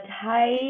hi